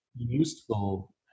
useful